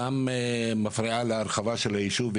שמפריעה להרחבה של הישוב.